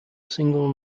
single